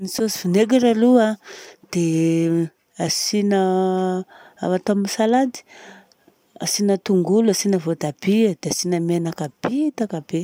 Ny saosy vinaigre aloha dia asiana, atao amin'ny salady, asiana tongolo, asiana voatabia, dia asiana menaka bitaka be.